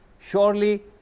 surely